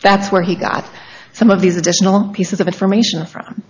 that's where he got some of these additional pieces of information from